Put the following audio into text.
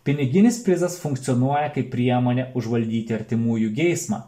piniginis prizas funkcionuoja kaip priemonė užvaldyti artimųjų geismą